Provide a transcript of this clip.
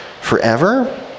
forever